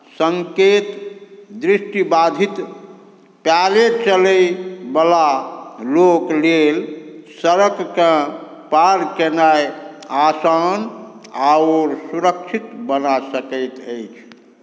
सङ्केत दृष्टिबाधित पैरे चलै बला लोकलेल सड़कके पार केनाइ आसान आओर सुरक्षित बना सकैत अछि